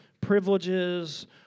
privileges